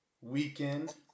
weekend